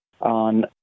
on